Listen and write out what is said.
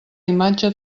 imatge